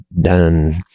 done